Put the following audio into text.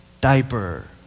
diaper